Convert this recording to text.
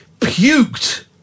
puked